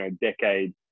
decade